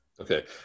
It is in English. Okay